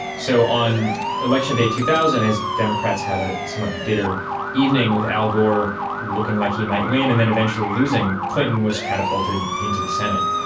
so on election day two thousand as democrats had a somewhat bitter evening with al gore looking like he might win and then eventually losing, clinton was catapulted into the senate.